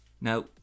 now